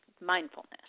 mindfulness